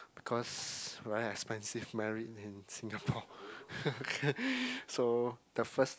because very expensive married in Singapore so the first